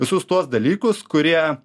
visus tuos dalykus kurie